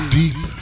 deep